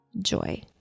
joy